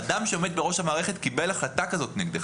אדם שעומד בראש המערכת קיבל החלטה כזו נגדך.